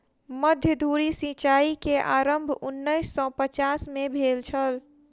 मध्य धुरी सिचाई के आरम्भ उन्नैस सौ पचास में भेल छल